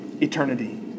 eternity